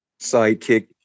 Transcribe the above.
sidekick